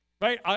Right